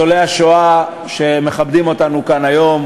ניצולי השואה שמכבדים אותנו כאן היום,